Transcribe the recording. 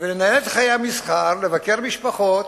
ולנהל את חיי המסחר, לבקר משפחות,